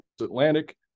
Atlantic